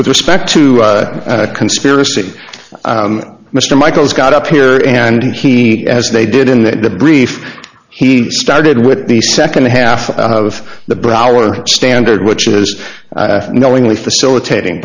with respect to a conspiracy mr michael's got up here and he as they did in that debrief he started with the second half of the broward standard which is knowingly facilitating